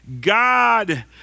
God